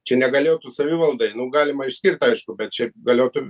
čia negaliotų savivaldai nu galima išskirt aišku bet čia galiotų